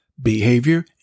behavior